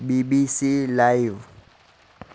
BBC live